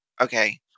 Okay